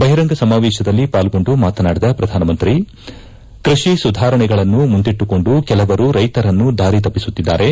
ಬಹಿರಂಗ ಸಮಾವೇಶದಲ್ಲಿ ಪಾಲ್ಗೊಂಡು ಮಾತನಾಡಿದ ಪ್ರಧಾನಮಂತ್ರಿ ನರೇಂದ್ರ ಮೋದಿ ಅವರು ಕೃಷಿ ಸುಧಾರಣೆಗಳನ್ನು ಮುಂದಿಟ್ಟುಕೊಂಡು ಕೆಲವರು ರೈತರನ್ನು ದಾರಿ ತಪ್ಪಿಸುತ್ತಿದ್ದಾರೆ